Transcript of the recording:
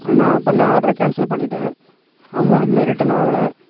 நான் பண்ண ஆடரை கேன்சல் பண்ணிவிட்டேன் அமௌண்ட் இன்னும் ரிட்டன் ஆகல